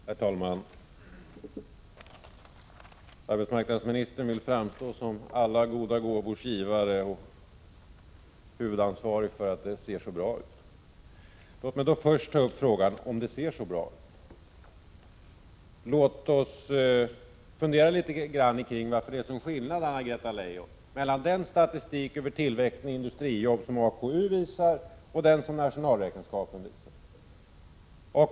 Herr talman! Arbetsmarknadsministern vill framstå som alla goda gåvors 25 mars 1987 givare och huvudansvarig för att det ser så bra ut. Låt mig då först ta upp frågan om det ser så bra ut. Låt oss fundera litet grand kring varför det är en sådan skillnad, Anna-Greta Leijon, mellan den statistik över tillväxten i industrijobb som AKU visar och den som nationalräkenskapen visar.